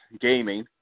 gaming